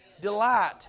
Delight